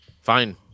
fine